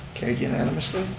carried unanimously.